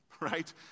right